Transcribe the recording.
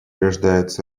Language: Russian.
рождается